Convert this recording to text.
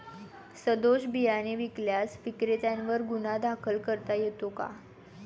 सदोष बियाणे विकल्यास विक्रेत्यांवर गुन्हा दाखल करता येतो का?